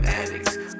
addicts